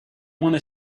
want